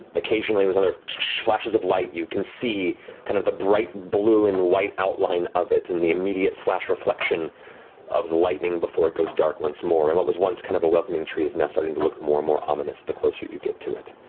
occasionally with other flashes of light, you can see kind of the bright blue and white outline of it in the immediate flash reflection of the lightning before it goes dark once more. and what was once kind of a welcoming tree is now starting to look more and more ominous the closer you get to it.